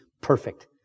perfect